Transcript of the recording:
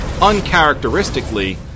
uncharacteristically